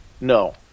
No